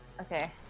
Okay